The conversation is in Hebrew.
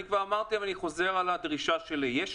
אני כבר אמרתי אבל אני חוזר על הדרישה שלי: יש